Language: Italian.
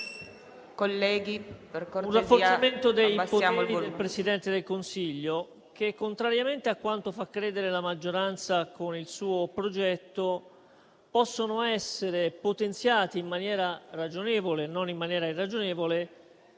un rafforzamento dei poteri del Presidente del Consiglio, che, contrariamente a quanto fa credere la maggioranza con il suo progetto, possono essere potenziati in maniera ragionevole, non irragionevole,